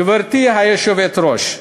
גברתי היושבת-ראש,